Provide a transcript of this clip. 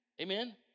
Amen